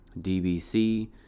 DBC